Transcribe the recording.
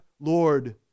Lord